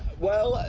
well,